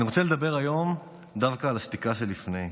אני רוצה לדבר היום דווקא על השתיקה שלפני,